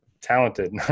talented